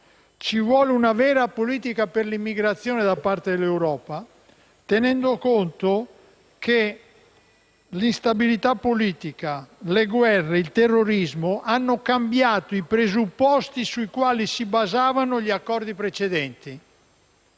Ci vuole una vera politica per l'immigrazione da parte dell'Europa, tenendo conto che l'instabilità politica, le guerre, il terrorismo hanno cambiato i presupposti sui quali si basavano gli accordi precedenti.